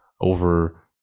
over